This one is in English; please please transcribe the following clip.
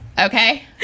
Okay